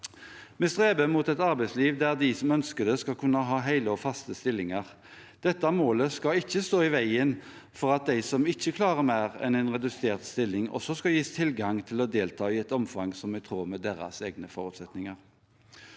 Vi streber mot et arbeidsliv der de som ønsker det, skal kunne ha hele og faste stillinger. Dette målet skal ikke stå i veien for at de som ikke klarer mer enn en redusert stilling, også skal gis tilgang til å delta i et omfang som er i tråd med deres egne forutsetninger.